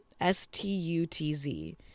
S-T-U-T-Z